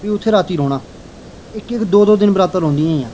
भी उत्थै राती रौह्ना इक इक दौ दिन बरातां रौंह्दियां हियां